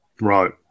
Right